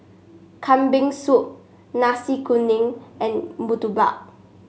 Kambing Soup Nasi Kuning and Murtabak